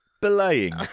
Belaying